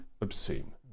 obscene